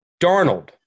Darnold